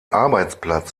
arbeitsplatz